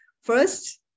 First